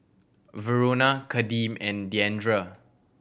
Verona Kadeem and Diandra